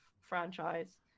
franchise